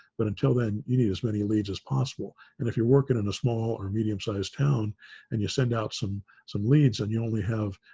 but until then you need as many leads as possible. and if you're working in a small or medium sized town and you send out some some leads and you only have,